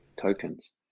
tokens